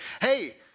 hey